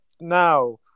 now